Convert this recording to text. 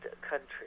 country